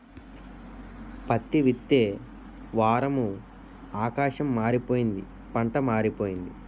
పత్తే విత్తే వారము ఆకాశం మారిపోయింది పంటా మారిపోయింది